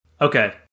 Okay